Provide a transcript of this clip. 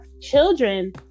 children